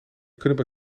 kunnen